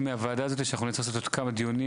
מהוועדה הזאתי שאנחנו צריכים לעשות עוד מה דיונים.